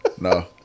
no